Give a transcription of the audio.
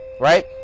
Right